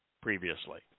previously